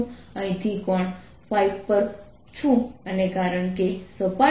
તેથી ફરીથી Vr 14π0 r RR2sinddϕ